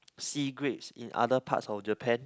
sea grapes in other parts of Japan